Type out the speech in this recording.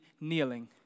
kneeling